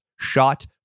shot